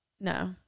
No